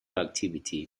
activity